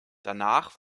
danach